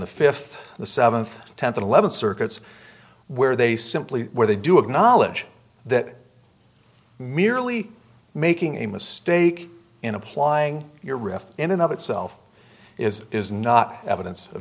the fifth the seventh tenth and eleventh circuits where they simply where they do acknowledge that merely making a mistake in applying your rift in and of itself is is not evidence of